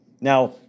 Now